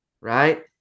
right